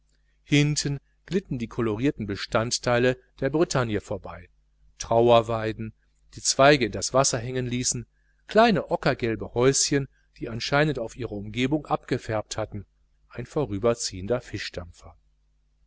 hinten glitten die kolorierten bestandteile der bretagne vorbei trauerweiden die zweige in das wasser hängen ließen kleine ockergelbe häuschen die anscheinend auf ihre umgebung abgefärbt hatten ein vorüberziehender